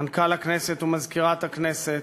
מנכ"ל הכנסת ומזכירת הכנסת,